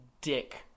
dick